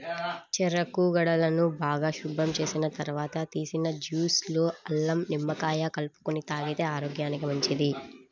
చెరుకు గడలను బాగా శుభ్రం చేసిన తర్వాత తీసిన జ్యూస్ లో అల్లం, నిమ్మకాయ కలుపుకొని తాగితే ఆరోగ్యానికి మంచిది